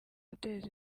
guteza